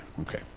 okay